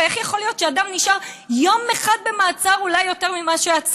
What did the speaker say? ואיך יכול להיות שאדם נשאר יום אחד במעצר אולי יותר ממה שהיה צריך.